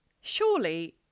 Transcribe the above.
surely